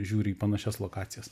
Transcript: žiūri į panašias lokacijas